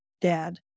dad